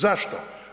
Zašto?